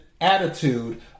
attitude